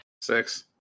Six